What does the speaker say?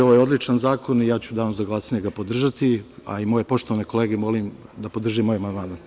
Ovo je odličan zakon i ja ću ga u danu za glasanje podržati, a i moje poštovane kolege molim da podrže moj amandman.